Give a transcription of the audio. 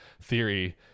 theory